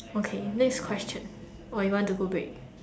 okay next question or you want to go break